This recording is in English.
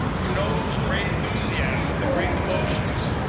who knows great enthusiasms, the great devotions,